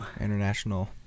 international